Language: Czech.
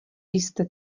jste